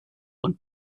und